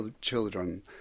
children